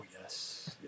yes